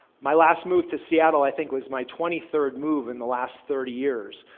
my last move to seattle i think was my twenty third move in the last thirty years,